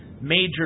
major